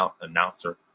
announcer